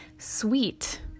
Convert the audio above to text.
Sweet